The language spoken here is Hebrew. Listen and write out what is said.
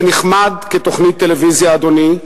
זה נחמד כתוכנית טלוויזיה, אדוני,